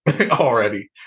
Already